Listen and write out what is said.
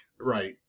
Right